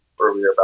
earlier